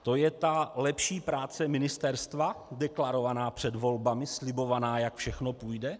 To je ta lepší práce ministerstva deklarovaná před volbami, slibovaná, jak všechno půjde?